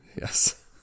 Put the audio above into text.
yes